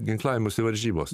ginklavimosi varžybos